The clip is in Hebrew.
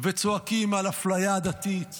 וצועקים על אפליה עדתית,